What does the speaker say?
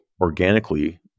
organically